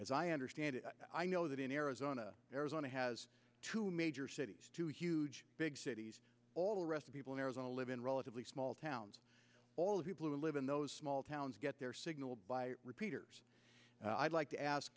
as i understand it i know that in arizona arizona has two major cities two huge big cities all the rest people in arizona live in relatively small towns all the people who live in those small towns get their signal by repeaters i'd like to ask